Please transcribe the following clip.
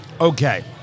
okay